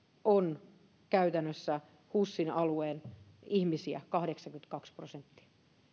on husin alueen ihmisiä käytännössä kahdeksankymmentäkaksi prosenttia